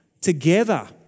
together